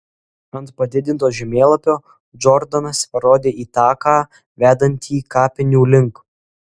ant padidinto žemėlapio džordanas parodė į taką vedantį kapinių link